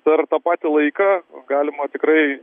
per tą patį laiką galima tikrai